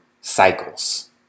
cycles